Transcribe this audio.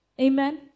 Amen